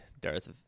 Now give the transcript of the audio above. Darth